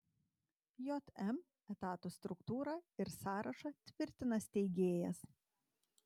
jm etatų struktūrą ir sąrašą tvirtina steigėjas